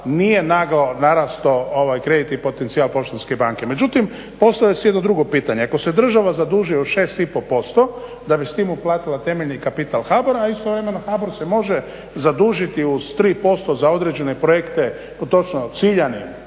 nije naglo narastao kreditni potencijal Poštanske banke. Međutim postavlja se jedno drugo pitanje, ako se država zaduži od 6,5% da bi s tim uplatila temeljni kapital HBOR-a, a istovremeno HBOR se može zadužiti uz 3% za određene projekte po točno ciljanim